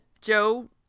joe